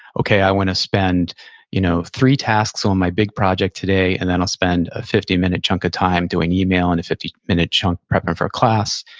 okay, i want to spend you know three tasks on my big project today, and then i'll spend a fifty minute chunk of time doing email, and a fifty minute chunk prepping for a class.